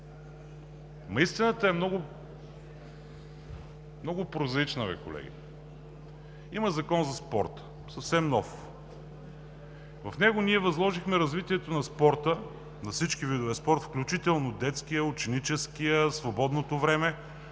Истината е много прозаична, колеги. Има Закон за спорта – съвсем нов. В него ние възложихме развитието на спорта, на всички видове спорт, включително детския, ученическия, в свободното време,